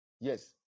Yes